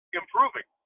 improving